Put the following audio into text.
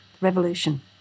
Revolution